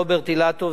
רוברט אילטוב,